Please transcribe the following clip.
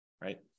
right